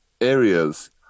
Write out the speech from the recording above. areas